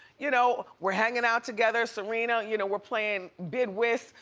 you know we're hangin' out together, serena, you know we're playin' bid whist,